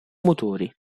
motori